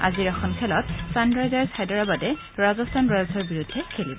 আজিৰ এখন খেলত ছানৰাইজাৰ্ছ হায়দৰাবাদে ৰাজস্থান ৰয়েল্ছৰ বিৰুদ্ধে খেলিব